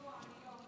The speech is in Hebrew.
אני פה, אני פה.